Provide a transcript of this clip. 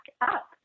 up